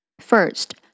First